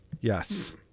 Yes